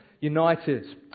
united